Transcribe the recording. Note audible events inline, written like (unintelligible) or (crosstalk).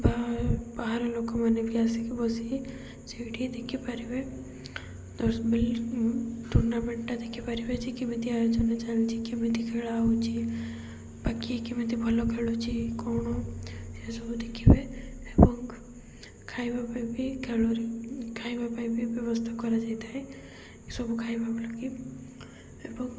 ବା ବାହାର ଲୋକମାନେ ବି ଆସିକି ବସିକି ସେଇଠି ଦେଖିପାରିବେ (unintelligible) ଟୁର୍ଣ୍ଣାମେଣ୍ଟଟା ଦେଖିପାରିବେ ଯେ କେମିତି ଆୟୋଜନ ଚାଲିଛି କେମିତି ଖେଳା ହେଉଛି ବାକି କେମିତି ଭଲ ଖେଳୁଛି କ'ଣ ସେସବୁ ଦେଖିବେ ଏବଂ ଖାଇବା ପାଇଁ ବି ଖେଳରେ ଖାଇବା ପାଇଁ ବି ବ୍ୟବସ୍ଥା କରାଯାଇଥାଏ ସବୁ ଖାଇବା ଲାଗି ଏବଂ